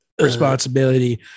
responsibility